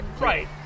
Right